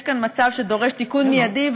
יש כאן מצב שדורש תיקון מיידי,